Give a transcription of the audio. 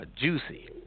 Juicy